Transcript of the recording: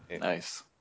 Nice